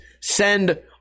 send